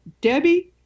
Debbie